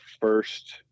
first